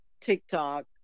TikTok